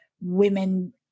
women